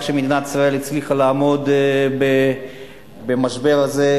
שמדינת ישראל הצליחה לעמוד במשבר הזה,